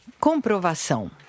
comprovação